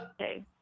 Okay